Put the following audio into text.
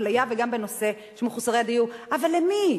האפליה וגם בנושא של מחוסרי הדיור, אבל למי?